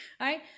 right